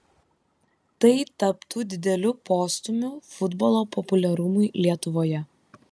tai taptų dideliu postūmiu futbolo populiarumui lietuvoje